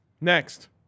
Next